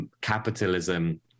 capitalism